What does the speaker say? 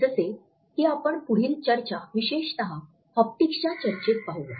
जसे की आपण पुढील चर्चा विशेषत हाप्टिक्सच्या चर्चेत पाहुया